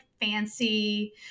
fancy